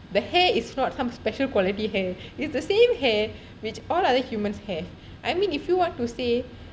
the hair is not some special quality hair it is the same hair which all other humans have I mean if you want to stay